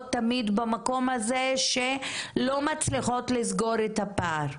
תמיד במקום הזה שלא מצליחות לסגור את הפער.